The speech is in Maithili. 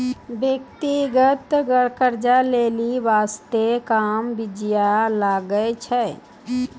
व्यक्तिगत कर्जा लै बासते कम बियाज लागै छै